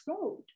road